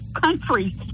country